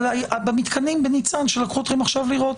במתקנים בניצן שלקחו אתכם עכשיו לראות.